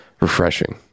refreshing